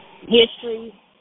History